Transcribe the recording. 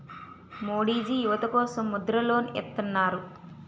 మోడీజీ యువత కోసం ముద్ర లోన్ ఇత్తన్నారు